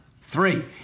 Three